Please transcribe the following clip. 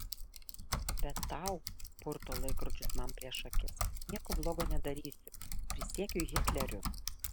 bet tau purto laikrodžius man prieš akis nieko blogo nedarysiu prisiekiu hitleriu